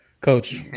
coach